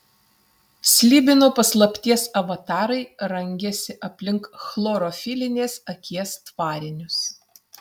slibino paslapties avatarai rangėsi aplink chlorofilinės akies tvarinius